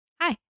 Hi